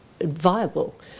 viable